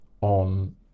on